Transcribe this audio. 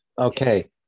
Okay